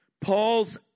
Paul's